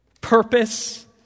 purpose